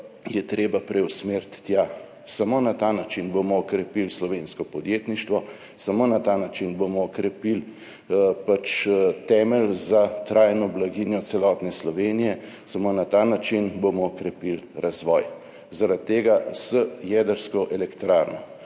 je treba preusmeriti tja. Samo na ta način bomo okrepili slovensko podjetništvo, samo na ta način bomo okrepili temelj za trajno blaginjo celotne Slovenije, samo na ta način bomo okrepili razvoj. Zaradi tega z jedrsko elektrarno